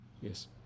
Yes